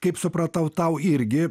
kaip supratau tau irgi